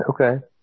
Okay